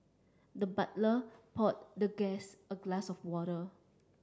the butler poured the guest a glass of water